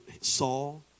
Saul